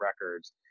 records